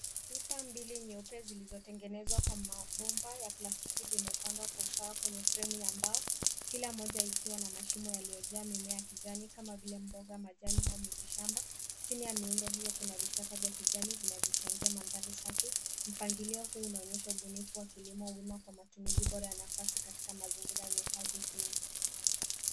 Pipa mbili nyeupe zilizotengenezwa kwa mabomba ya plastiki vimepangwa kwa usawa kwenye fremu ya mbao kila moja ikiwa na mashimo yaliyojaa mimea ya kijani kama vile mboga, majani au miti shamba. Chini ya miundo hiyo kuna vichaka vya kijani vinavyochangia mandhari safi. Mpangilio huu unaonyesha ubunifu wa kilimo wima kwa matumizi bora ya nafasi katika mazingira yenye hadhi finyu.